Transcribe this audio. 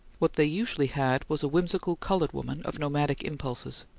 what they usually had was a whimsical coloured woman of nomadic impulses.